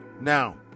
Now